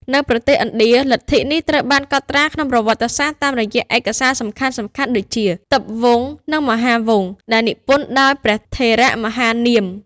នៅប្រទេសឥណ្ឌា លទ្ធិនេះត្រូវបានកត់ត្រាក្នុងប្រវត្តិសាស្ត្រតាមរយៈឯកសារសំខាន់ៗដូចជា ទិបវង្ស និង មហាវង្ស ដែលនិពន្ធដោយ ព្រះថេរមហានាម។